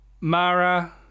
Mara